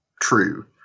true